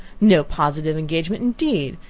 no positive engagement indeed!